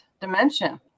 dimension